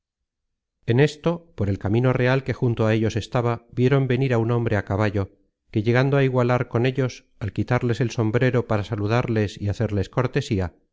en esto por el camino real que junto á ellos estaba vieron venir á un hombre á caballo que llegando á igualar con ellos al quitarles el sombrero para saludarles y hacerles cortesía